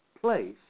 place